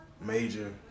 major